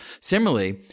Similarly